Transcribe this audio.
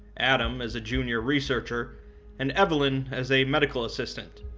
adam as a junior researcher and evelyn as a medical assistant,